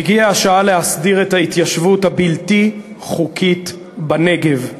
הגיעה השעה להסדיר את ההתיישבות הבלתי-חוקית בנגב.